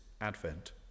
Advent